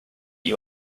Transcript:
you